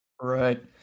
Right